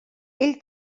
ell